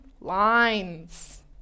lines